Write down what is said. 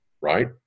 right